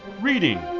Reading